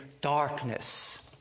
darkness